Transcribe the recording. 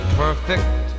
perfect